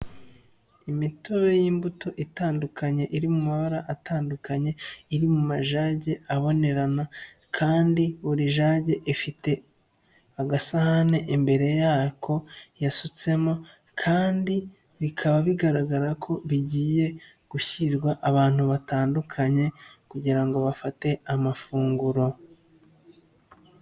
Imitobe y'imbuto itandukanye iri mu mabara atandukanye, iri mu majage abonerana kandi buri jage ifite agasahani imbere yako yasutsemo kandi bikaba bigaragara ko bigiye gushyirwa abantu batandukanye kugira ngo bafate amafunguro.